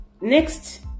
next